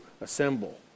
assemble